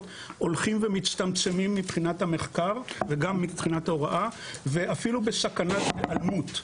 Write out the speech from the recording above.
הולכים ומצטמצמים מבחינת המחקר וגם מבחינת הוראה ואפילו בסכנת היעלמות.